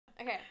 Okay